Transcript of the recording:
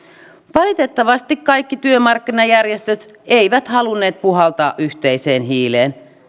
valitettavasti kaikki työmarkkinajärjestöt eivät halunneet puhaltaa yhteiseen hiileen